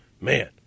man